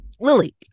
lily